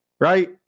right